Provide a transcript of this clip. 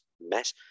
mess